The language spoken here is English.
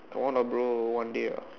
come on lah bro one day ah